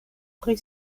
pri